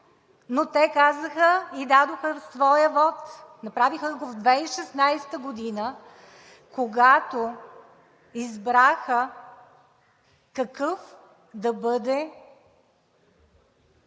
но те казаха и дадоха своя вот. Направиха го през 2016 г., когато избраха какъв да бъде